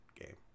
game